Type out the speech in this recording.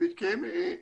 בהתקיים